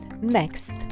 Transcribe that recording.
Next